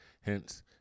Hence